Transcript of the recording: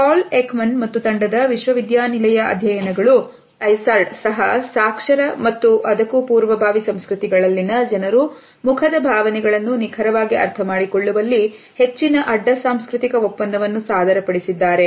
ಪಾಲಕ್ ಮನ್ ಮತ್ತು ತಂಡದ ವಿಶ್ವವಿದ್ಯಾಲಯ ಅಧ್ಯಯನಗಳು ಕ್ರೋ ಲಿಸರ್ಡ್ ಸಹ ಸಾಕ್ಷರ ಮತ್ತು ಅದಕ್ಕೂ ಪೂರ್ವಭಾವಿ ಸಂಸ್ಕೃತಿಗಳಲ್ಲಿನ ಜನರು ಮುಖದ ಭಾವನೆಗಳನ್ನು ನಿಖರವಾಗಿ ಅರ್ಥಮಾಡಿಕೊಳ್ಳುವಲ್ಲಿ ಹೆಚ್ಚಿನ ಅಡ್ಡ ಸಾಂಸ್ಕೃತಿಕ ಒಪ್ಪಂದವನ್ನು ಸಾದರಪಡಿಸಿದ್ದಾರೆ